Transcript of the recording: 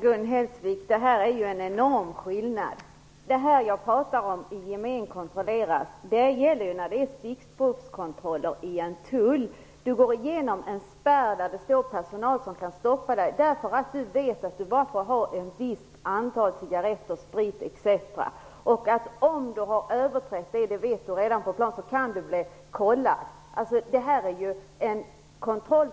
Fru talman! Det är en enorm skillnad mellan dessa två. Det jag här talar om gäller stickprovskontroller i en tull. Du går igenom en spärr och vet att tullpersonal kan stoppa dig. Du vet att du bara får ha ett visst antal cigarretter, spritflaskor etc. och att du kan du bli kontollerad. Om du har överträtt bestämmelserna vet du redan innan du kommer till tullen. Det här är en ytlig kontroll